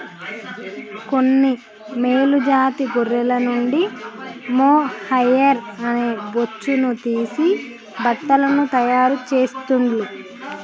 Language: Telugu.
కొన్ని మేలు జాతి గొర్రెల నుండి మొహైయిర్ అనే బొచ్చును తీసి బట్టలను తాయారు చెస్తాండ్లు